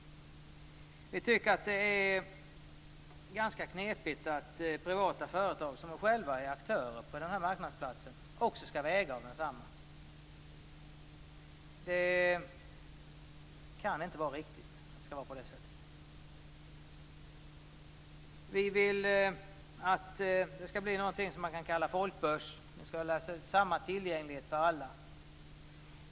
Vi tycker att det är ganska knepigt att privata företag som själva är aktörer på den här marknadsplatsen också skall vara ägare av densamma. Det kan inte vara riktigt att det skall vara på det sättet. Vi vill skapa något som man kalla för en folkbörs. Där skall vara samma tillgänglighet för alla.